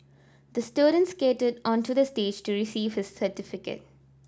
the student skated onto the stage to receive his certificate